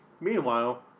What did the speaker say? Meanwhile